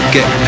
Get